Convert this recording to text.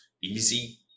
easy